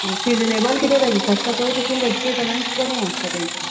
seasonable किदें veggies आसता पळय तितून वेजिटेबलान बरें आसता तेंचे